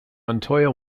montoya